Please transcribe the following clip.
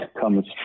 comes